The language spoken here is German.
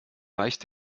weicht